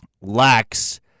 lacks